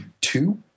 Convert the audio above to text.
two